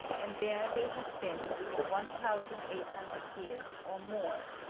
and there they have been for one thousand eight hundred years or more,